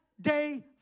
day